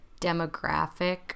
demographic